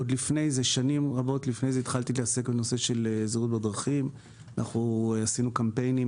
עוד שנים רבות לפני זה התחלתי להתעסק בזהירות בדרכים ועשינו קמפיינים.